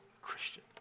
Christian